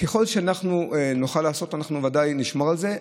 ככל שאנחנו נוכל לעשות, אנחנו ודאי נשמור על זה.